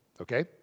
okay